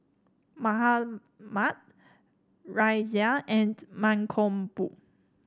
Mahatma Razia and Mankombu